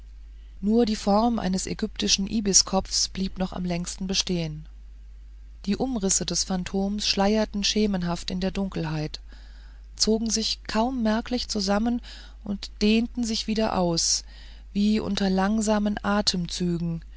nur die form eines ägyptischen ibiskopfs blieb noch am längsten bestehen die umrisse des phantoms schleierten schemenhaft in der dunkelheit zogen sich kaum merklich zusammen und dehnten sich wieder aus wie unter langsamen atemzügen